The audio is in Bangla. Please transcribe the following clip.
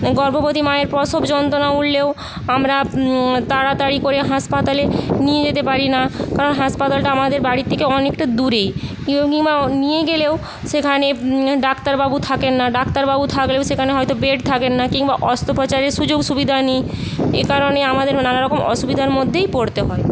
গর্ভবতী মায়ের প্রসব যন্ত্রণা উঠলেও আমরা তাড়াতাড়ি করে হাসপাতালে নিয়ে যেতে পারি না কারণ হাসপাতালটা আমাদের বাড়ির থেকে অনেকটা দূরে নিয়ে গেলেও সেখানে ডাক্তারবাবু থাকেন না ডাক্তারবাবু থাকলে সেখানে হয়তো বেড থাকে না কিংবা অস্ত্রোপচারের সুযোগ সুবিধা নেই এই কারণে আমাদেরকে নানারকম অসুবিধার মধ্যেই পরতে হয়